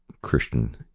christian